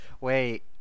wait